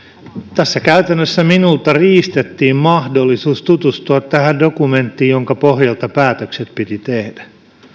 tässä käytännössä minulta riistettiin mahdollisuus tutustua tähän dokumenttiin jonka pohjalta päätökset piti tehdä ja